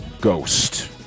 Ghost